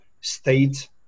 state